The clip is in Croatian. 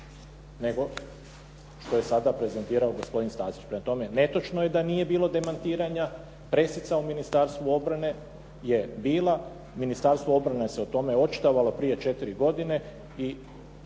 nego što je danas prezentirao gospodin Stazić. Prema tome, netočno je da nije bilo demantiranja, pressica u Ministarstvu obrane je bila, Ministarstvo obrane se o tome očitovalo prije 4 godine i